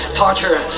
torture